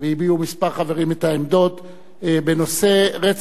הביעו את העמדות בנושא רצח העם הארמני.